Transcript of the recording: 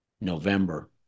November